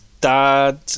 dad